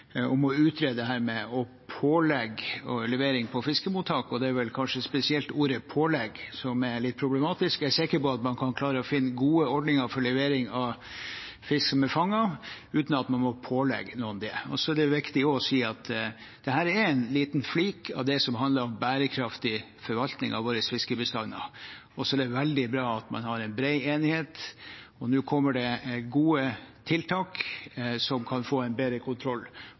er kanskje spesielt ordet «pålegge» som er litt problematisk. Jeg er sikker på at man kan klare å finne gode ordninger for levering av fisk som er fanget, uten at man må ha pålegg om det. Så er det også viktig å si at dette er en liten flik av det som handler om bærekraftig forvaltning av våre fiskebestander. Det er veldig bra at man har bred enighet, og nå kommer det gode tiltak som kan gi en bedre kontroll